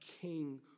king